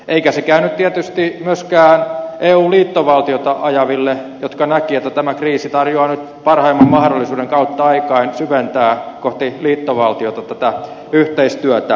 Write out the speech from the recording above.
eikä se käynyt tietysti myöskään eu liittovaltiota ajaville jotka näkivät että tämä kriisi tarjoaa nyt parhaimman mahdollisuuden kautta aikain syventää kohti liittovaltiota tätä yhteistyötä